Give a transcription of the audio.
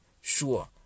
sure